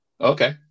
Okay